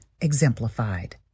exemplified